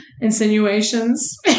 insinuations